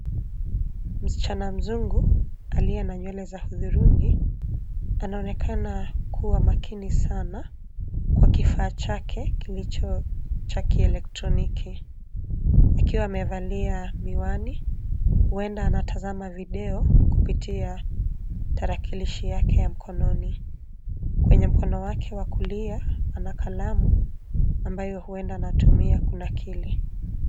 Msichana mzungu aliye na nywele za hudhurungi, anaonekana kuwa makini sana kwa kifaa chake kilicho cha kielektroniki. Akiwa amevalia miwani, huenda anatazama video kupitia tarakilishi yake ya mkononi. Kwenye mkono wake wa kulia, ana kalamu ambayo huenda anatumia kunakili.